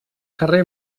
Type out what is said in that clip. carrer